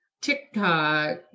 TikTok